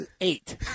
eight